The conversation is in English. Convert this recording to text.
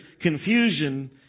confusion